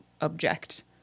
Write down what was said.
object